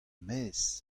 maez